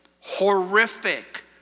horrific